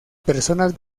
personas